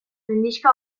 mendixka